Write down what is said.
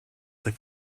they